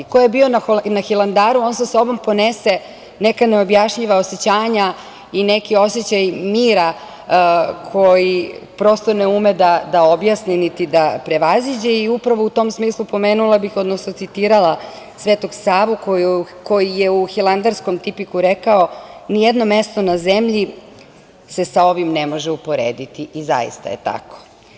Ko je bio na Hilandaru on sa sobom ponese neka neobjašnjiva osećanja i neki osećaj mira koji prosto ne ume da objasni niti da prevaziđe i upravo u tom smislu pomenula bih, odnosno citirala Svetog Savu koji je u Hilandarskom tipiku rekao – nijedno mesto na zemlji se sa ovim ne može uporediti i zaista je tako.